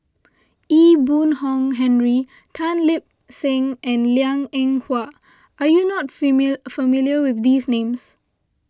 Ee Boon Kong Henry Tan Lip Seng and Liang Eng Hwa are you not familiar with these names